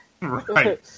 Right